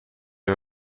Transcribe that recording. are